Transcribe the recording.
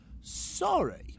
Sorry